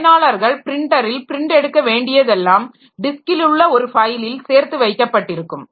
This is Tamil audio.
பயனாளர்கள் பிரின்டரில் பிரின்ட் எடுக்க வேண்டியதெல்லாம் டிஸ்க்கில் உள்ள ஒரு ஃபைலில் சேர்த்து வைக்கப்பட்டிருக்கும்